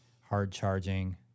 hard-charging